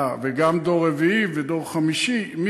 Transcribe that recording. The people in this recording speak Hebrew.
מה, וגם דור רביעי ודור חמישי?